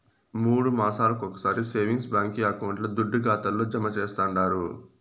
మూడు మాసాలొకొకసారి సేవింగ్స్ బాంకీ అకౌంట్ల దుడ్డు ఖాతాల్లో జమా చేస్తండారు